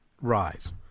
rise